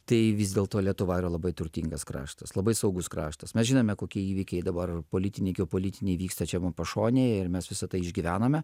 tai vis dėlto lietuva yra labai turtingas kraštas labai saugus kraštas mes žinome kokie įvykiai dabar politiniai geopolitiniai vyksta čia mum pašonėje ir mes visa tai išgyvename